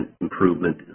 improvement